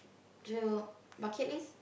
through bucket list